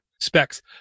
specs